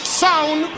sound